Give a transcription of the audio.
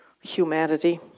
humanity